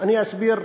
אני אסביר.